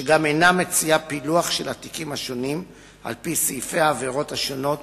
שגם אינה מציעה פילוח של התיקים השונים על פי-סעיפי העבירות השונות